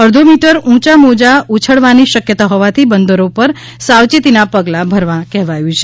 અરધો metre ઉંચા મોજા ઉંછળવાની શક્યતા હોવાથી બંદરો પર સાવચેતીના પગલાં ભરવા કહેવાયું છે